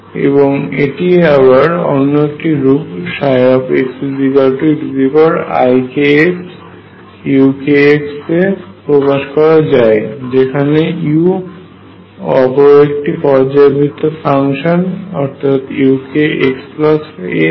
এবং এটি আবার অন্য একটি রূপে xeikxuk তে প্রকাশ করা যায় যেখান u ও অপর একটি পর্যায়বৃত্ত ফাংশন অর্থাৎ ukxa হয়